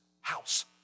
house